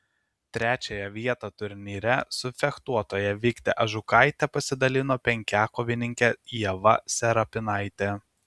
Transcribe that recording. trečiąją vietą turnyre su fechtuotoja vikte ažukaite pasidalino penkiakovininkė ieva serapinaitė